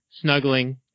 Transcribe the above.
snuggling